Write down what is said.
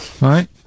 right